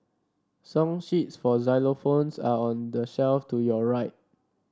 song sheets for xylophones are on the shelf to your right